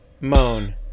moan